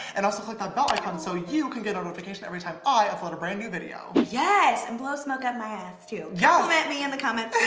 and also click that bell icon so you can get a notification every time i upload a brand new video liza yes and blow smoke up my ass too, compliment me in the comments